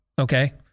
Okay